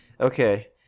Okay